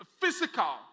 physical